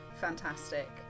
fantastic